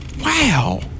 wow